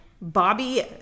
Bobby